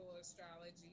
astrology